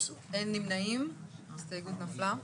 ההסתייגות נפלה.